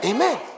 Amen